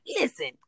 listen